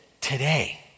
today